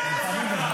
אני מסכנה.